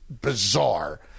bizarre